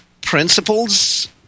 principles